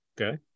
Okay